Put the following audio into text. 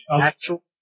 Actual